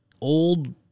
old